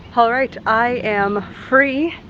all right, i am free,